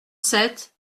sept